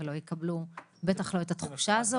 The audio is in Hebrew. ובטח שלא יקבלו את התחושה הזו.